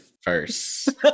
First